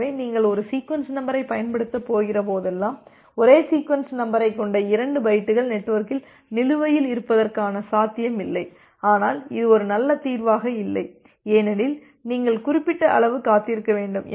எனவே நீங்கள் ஒரு சீக்வென்ஸ் நம்பரைப் பயன்படுத்தப் போகிற போதெல்லாம் ஒரே சீக்வென்ஸ் நம்பரைக் கொண்ட இரண்டு பைட்டுகள் நெட்வொர்க்கில் நிலுவையில் இருப்பதற்கான சாத்தியம் இல்லை ஆனால் இது ஒரு நல்ல தீர்வாக இல்லை ஏனெனில் நீங்கள் குறிப்பிட்ட அளவு காத்திருக்க வேண்டும்